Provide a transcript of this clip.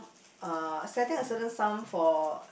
um setting a certain sum for